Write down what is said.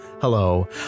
Hello